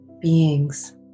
beings